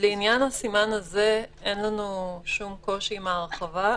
לעניין הסימן הזה אין לנו שום קושי עם ההרחבה,